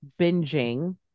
binging